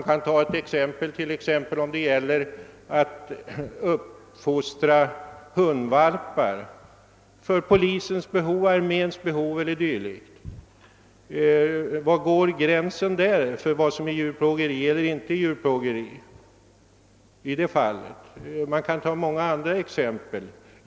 Om det t.ex. gäller att uppfostra hundar för polisens eller arméns behov, var går då gränsen för vad som är djurplågeri eller inte? Man kan anföra många andra exempel.